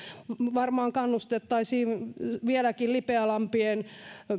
varmaan kannustettaisiin vieläkin lipeälampien